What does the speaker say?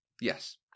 Yes